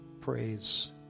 praise